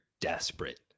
desperate